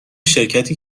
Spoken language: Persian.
شرکتی